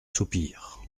soupir